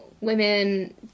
women